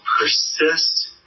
persist